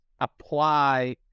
apply